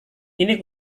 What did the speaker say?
ini